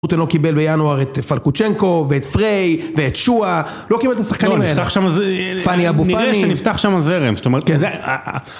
גוטה לא קיבל בינואר את פלקוצ'נקו, ואת פריי, ואת שואה, לא קיבל את השחקנים האלה. לא, נפתח שם ז.. פאני אבו פאני.. נראה שנפתח שם זרם. זאת אומרת זה.. הה..